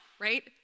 right